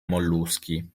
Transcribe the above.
molluschi